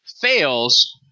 fails